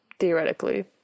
theoretically